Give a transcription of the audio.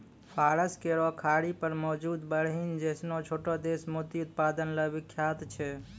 फारस केरो खाड़ी पर मौजूद बहरीन जैसनो छोटो देश मोती उत्पादन ल विख्यात छै